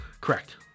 Correct